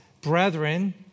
Brethren